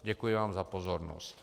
Děkuji vám za pozornost.